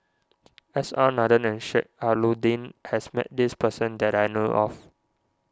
S R Nathan and Sheik Alau'ddin has met this person that I know of